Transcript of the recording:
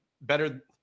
better